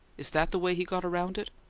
is that the way he got around it?